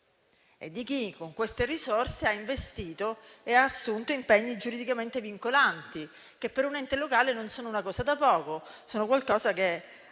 e di chi, con queste risorse, ha investito e ha assunto impegni giuridicamente vincolanti, che per un ente locale non è una cosa da poco. Nel momento